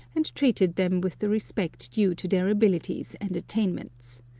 and treated them with the respect due to their abilities and attainments.